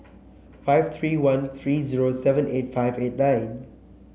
five three one three zero seven eight five eight nine